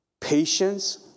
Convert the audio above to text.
patience